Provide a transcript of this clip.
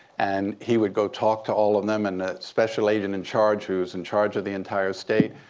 and he would go talk to all of them. and the special agent in charge who's in charge of the entire state,